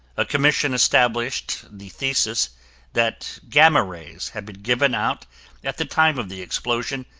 a commission established the thesis that gamma rays had been given out at the time of the explosion,